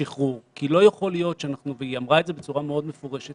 זו שאלה מורכבת